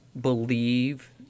believe